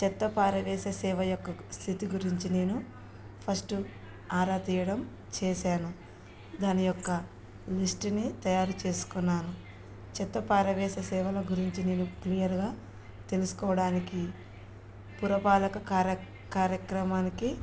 చెత్తపారవేసే సేవ యొక్క స్థితి గురించి నేను ఫస్ట్ ఆరా తీయడం చేశాను దాని యొక్క లిస్టుని తయారు చేసుకున్నాను చెత్తపారవేసే సేవల గురించి నేను క్లియర్గా తెలుసుకోవడానికి పురపాలక కార్యక్రమానికి